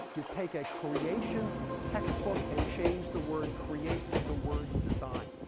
you take a creation textbook and change the word create to the word design.